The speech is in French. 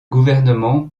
gouvernement